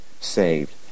saved